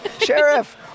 Sheriff